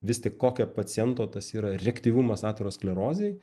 vis tik kokia paciento tas yra reaktyvumas aterosklerozei